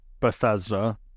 Bethesda